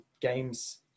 games